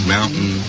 Mountain